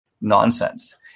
Nonsense